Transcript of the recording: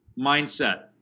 mindset